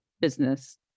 business